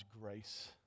grace